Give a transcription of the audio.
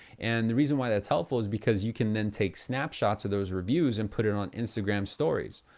and the reason why that's helpful is because you can then take snapshots of those reviews and put it on instagram stories.